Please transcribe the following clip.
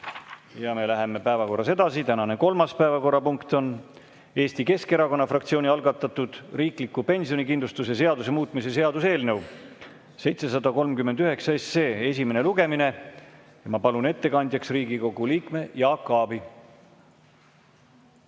Läheme päevakorraga edasi. Tänane kolmas päevakorrapunkt on Eesti Keskerakonna fraktsiooni algatatud riikliku pensionikindlustuse seaduse muutmise seaduse eelnõu 739 esimene lugemine. Ma palun ettekandjaks Riigikogu liikme Jaak Aabi!